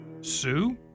Sue